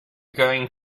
going